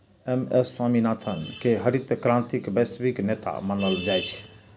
M S Swaminathan कें हरित क्रांतिक वैश्विक नेता मानल जाइ छै